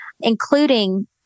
including